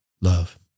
love